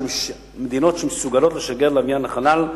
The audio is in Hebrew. של מדינות שמסוגלות לשגר לוויין לחלל,